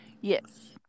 Yes